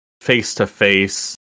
face-to-face